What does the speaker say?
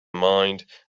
mind